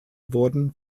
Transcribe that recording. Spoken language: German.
wurden